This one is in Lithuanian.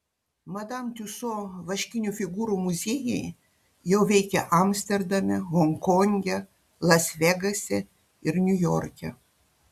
madam tiuso vaškinių figūrų muziejai jau veikia amsterdame honkonge las vegase ir niujorke